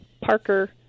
Parker